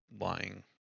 lying